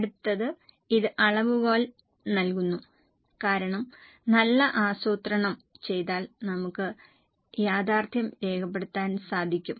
അടുത്തത് ഇത് അളവുകോൽ നൽകുന്നു കാരണം നല്ല ആസൂത്രണം ചെയ്താൽ നമുക്ക് യാഥാർഥ്യം രേഖപ്പെടുത്താൻ സാധിക്കും